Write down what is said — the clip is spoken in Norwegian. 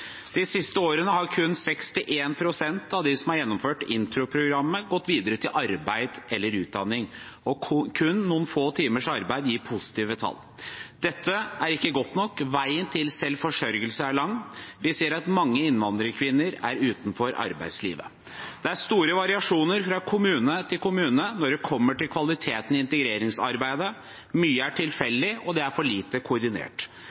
De siste årene har kun 61 pst. av dem som har gjennomført introprogrammet, gått videre til arbeid eller utdanning, og kun noen få timers arbeid gir positive tall. Dette er ikke godt nok. Veien til selvforsørgelse er lang. Vi ser at mange innvandrerkvinner er utenfor arbeidslivet. Det er store variasjoner fra kommune til kommune når det kommer til kvaliteten i integreringsarbeidet. Mye er tilfeldig, og det er for lite koordinert.